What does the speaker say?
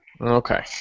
okay